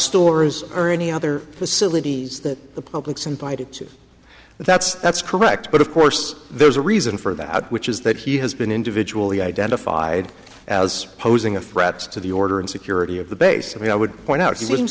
stores or any other facilities that the public's invited to that's that's correct but of course there's a reason for that which is that he has been individually identified as posing a threat to the order and security of the base i mean i would point out he wouldn't